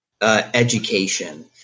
education